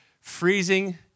freezing